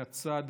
מהצד